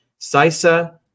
CISA